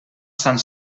sant